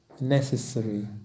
necessary